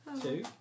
Two